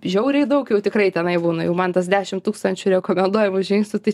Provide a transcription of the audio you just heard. žiauriai daug jau tikrai tenai būna jau man tas dešim tūkstančių rekomenduojamų žingsnių tai